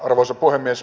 arvoisa puhemies